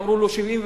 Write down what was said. אמרו לו 77,